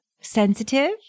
sensitive